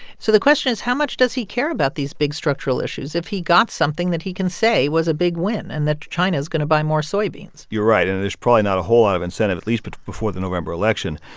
so the question is, how much does he care about these big structural issues if he got something that he can say was a big win and that china is going to buy more soybeans? you're right. and there's probably not a whole lot of incentive, at least but before the november election,